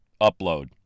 Upload